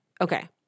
Okay